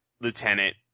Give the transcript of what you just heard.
Lieutenant